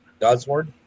Godsword